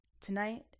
Tonight